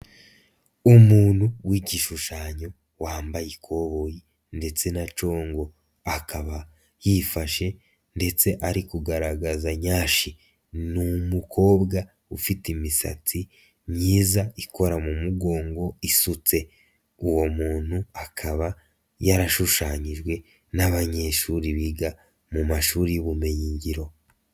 Umuntu w'igishushanyo wambaye ikoboyi ndetse nanshongo, akaba yifashe ndetse ari kugaragaza nyashi, ni umukobwa ufite imisatsi myiza ikora mu mugongo isutse, uwo muntu akaba yarashushanyijwe n'abanyeshuri biga mu mashuri y' ubumenyi ngiro.